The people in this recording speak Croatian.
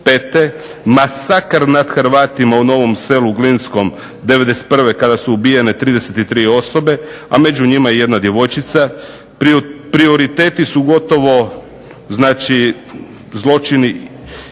masakr nad Hrvatima u Novom Selu Glinskom '91. kada su ubijene 33 osobe, a među njima i jedna djevojčica. Prioriteti su gotovo znači